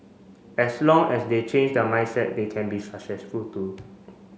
as long as they change their mindset they can be successful too